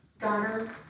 daughter